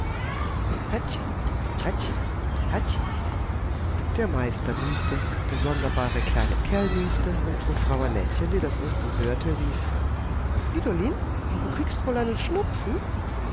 hatzi hatzi hatzi der meister nieste der sonderbare kleine kerl nieste und frau annettchen die das unten hörte rief friedolin du kriegst wohl einen schnupfen